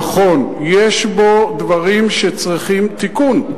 נכון, יש בו דברים שצריכים תיקון.